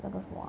那个什么